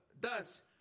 Thus